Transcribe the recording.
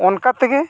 ᱚᱱᱠᱟ ᱛᱮᱜᱮ